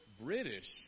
British